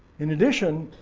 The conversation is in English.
in addition,